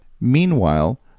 Meanwhile